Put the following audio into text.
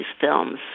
films